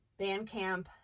Bandcamp